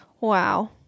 wow